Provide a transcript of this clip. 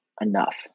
enough